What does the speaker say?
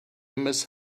miss